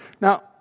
Now